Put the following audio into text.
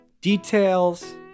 details